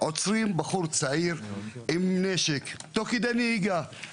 עוצרים בחור צעיר עם נשק תוך כדי נהיגה.